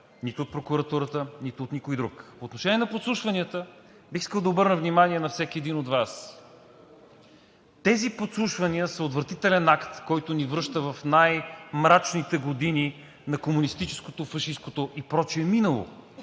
нито от Прокуратурата, нито от никой друг. По отношение на подслушванията бих искал да обърна внимание на всеки един от Вас. Тези подслушвания са отвратителен акт, който ни връща в най-мрачните години на комунистическото, фашисткото и прочее минало.